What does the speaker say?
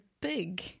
big